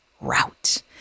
route